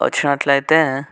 వచ్చినట్లయితే